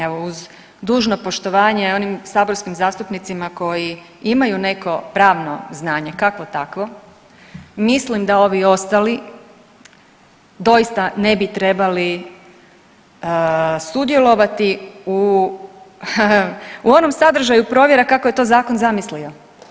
Evo uz dužno poštovanje onim saborskim zastupnicima koji imaju neko pravno znanje, kakvo takvo, mislim da ovi ostali doista ne bi trebali sudjelovati u onom sadržaju provjera kako je to zakon zamislio.